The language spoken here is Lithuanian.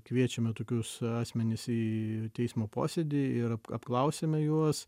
kviečiame tokius asmenis į teismo posėdį ir ap apklausiame juos